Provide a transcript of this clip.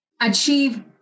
achieve